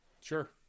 Sure